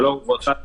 שלום, אדבר בקצרה.